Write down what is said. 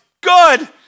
good